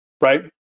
right